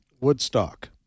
Woodstock